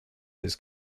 his